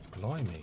Blimey